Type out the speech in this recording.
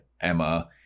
Emma